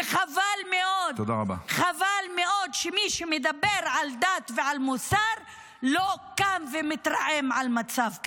וחבל מאוד -- כדאי לדעת מאיפה היא מכירה את המנטליות הערבית.